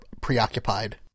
preoccupied